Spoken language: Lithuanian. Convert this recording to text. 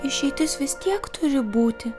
išeitis vis tiek turi būti